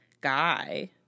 guy